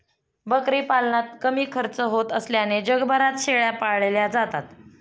बकरी पालनात कमी खर्च होत असल्याने जगभरात शेळ्या पाळल्या जातात